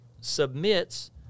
submits